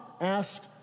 asked